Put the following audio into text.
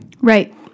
Right